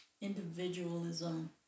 individualism